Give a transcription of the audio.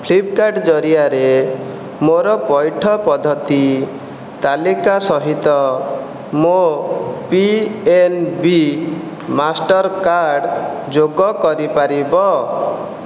Flipkart ଜରିଆରେ ମୋର ପଇଠ ପଦ୍ଧତି ତାଲିକା ସହିତ ମୋ ପି ଏନ୍ ବି ମାଷ୍ଟର୍କାର୍ଡ଼ ଯୋଗ କରିପାରିବ